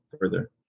further